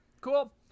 cool